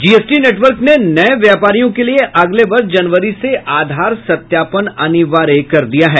GST network ने नए व्यापारियों के लिए अगले वर्ष जनवरी से आधार सत्यापन अनिवार्य कर दिया है